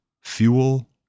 fuel